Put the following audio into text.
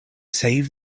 save